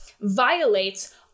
Violates